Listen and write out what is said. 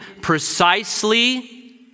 precisely